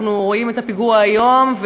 אנחנו רואים את הפיגוע היום,